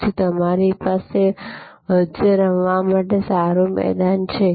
તેથી તમારી પાસે વચ્ચે રમવા માટે સારું મેદાન છે